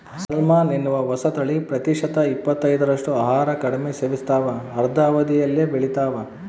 salmon ಎನ್ನುವ ಹೊಸತಳಿ ಪ್ರತಿಶತ ಇಪ್ಪತ್ತೈದರಷ್ಟು ಆಹಾರ ಕಡಿಮೆ ಸೇವಿಸ್ತಾವ ಅರ್ಧ ಅವಧಿಯಲ್ಲೇ ಬೆಳಿತಾವ